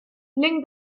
linked